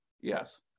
Yes